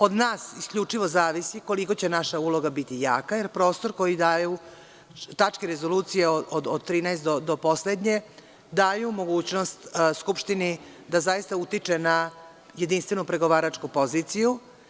Od nas isključivo zavisi koliko će naša uloga biti jaka, jer prostor koji daju tačke rezolucije od 13. do poslednje daju mogućnost Skupštini da zaista utiče na jedinstvenu pregovaračku poziciju.